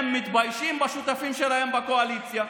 הם מתביישים בשותפים שלהם בקואליציה,